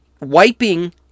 wiping